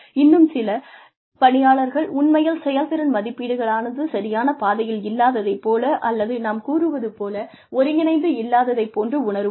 இன்னும் சில பணியாளர்கள் உண்மையில் செயல்திறன் மதிப்பீடுகளானது சரியான பாதையில் இல்லாததைப் போல அல்லது நாம் கூறுவது போல் ஒருங்கிணைந்து இல்லாததைப் போன்று உணருவார்கள்